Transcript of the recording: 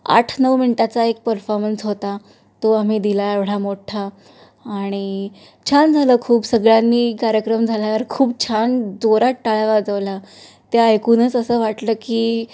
आठ नऊ मिनटाचा एक परफॉर्मन्स होता तो आम्ही दिला एवढा मोठा आणि छान झालं खूप सगळ्यांनी कार्यक्रम झाल्यावर खूप छान जोरात टाळ्या वाजवल्या त्या ऐकूनच असं वाटलं की